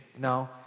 No